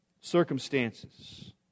circumstances